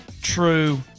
true